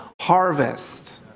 harvest